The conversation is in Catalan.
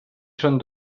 són